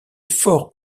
fort